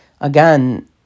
again